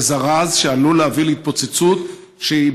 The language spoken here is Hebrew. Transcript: זה זרז שעלול להביא להתפוצצות שהיא